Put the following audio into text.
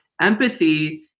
empathy